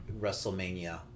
WrestleMania